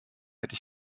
hätte